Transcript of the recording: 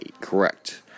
Correct